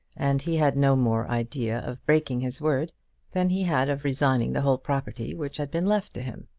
and he had no more idea of breaking his word than he had of resigning the whole property which had been left to him.